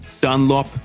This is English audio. Dunlop